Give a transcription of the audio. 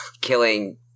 killing